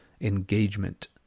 engagement